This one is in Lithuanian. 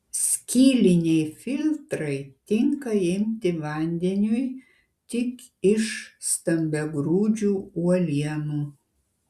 skyliniai filtrai tinka imti vandeniui tik iš stambiagrūdžių uolienų